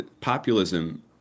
populism